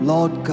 Lord